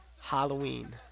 Halloween